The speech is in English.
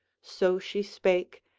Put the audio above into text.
so she spake,